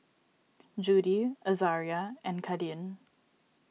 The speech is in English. Judie Azaria and Kadin